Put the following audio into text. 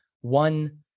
one